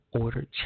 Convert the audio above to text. order